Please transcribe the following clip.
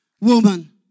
Woman